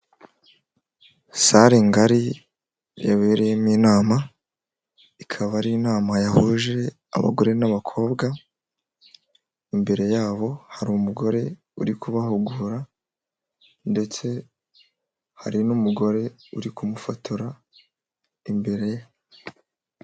Sare ngari yabereyemo inama, ikaba ari inama yahuje abagore n'abakobwa, imbere yabo hari umugore uri kubahugura ndetse hari n'umugore uri kumufotora imbere.